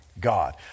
God